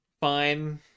fine